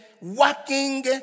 working